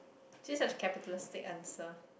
since I has capitalistic answer